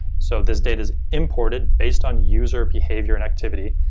so this data is imported based on user behavior and activity,